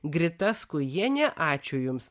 grita skujienė ačiū jums